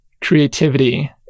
creativity